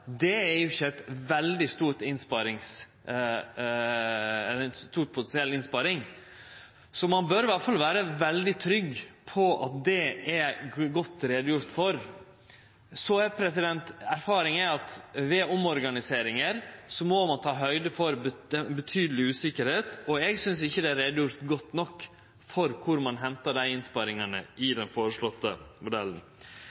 det anslåtte innsparingsbehovet på 20 mill. kr er at dette ikkje er ei veldig stor potensiell innsparing, så ein bør i alle fall vere veldig trygg på at det er gjort godt greie for. Erfaringa viser at ved omorganiseringar må ein ta høgde for ei betydeleg usikkerheit, og eg synest ikkje det er gjort godt nok greie for kor ein hentar dei innsparingane